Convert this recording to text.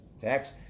tax